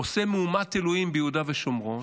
עושה מהומת אלוהים ביהודה ושומרון,